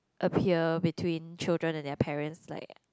appear between children and their parents like